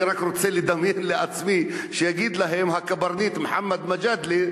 אני רק רוצה לדמיין לעצמי שיגיד להם: הקברניט מוחמד מג'אדלה,